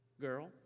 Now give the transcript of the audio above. Girl